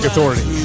Authority